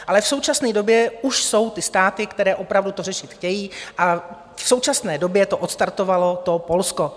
Ale v současné době už jsou ty státy, které opravdu to řešit chtějí, a v současné době to odstartovalo Polsko.